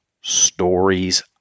stories